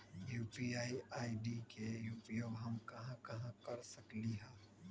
UPI ID के उपयोग हम कहां कहां कर सकली ह?